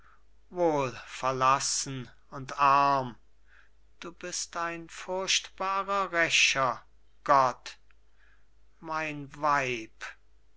wohl verlassen und arm du bist ein furchtbarer rächer gott mein weib